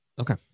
Okay